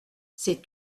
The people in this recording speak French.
c’est